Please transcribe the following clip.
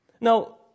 Now